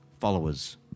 followers